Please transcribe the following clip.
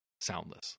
soundless